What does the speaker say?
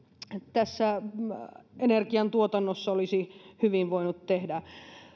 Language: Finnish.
tässä energiantuotannossa olisi hyvin voinut tehdä